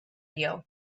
you